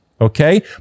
Okay